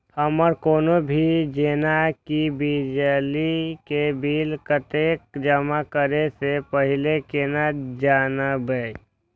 हमर कोनो भी जेना की बिजली के बिल कतैक जमा करे से पहीले केना जानबै?